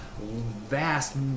vast